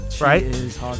right